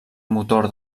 motor